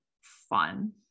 fun